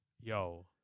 yo